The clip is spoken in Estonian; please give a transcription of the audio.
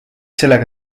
sellega